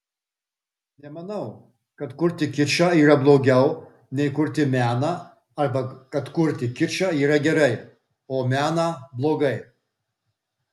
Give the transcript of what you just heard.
nemanau kad kurti kičą yra blogiau nei kurti meną arba kad kurti kičą yra gerai o meną blogai